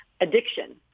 addiction